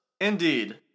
Indeed